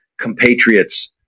compatriots